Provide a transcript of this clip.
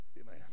Amen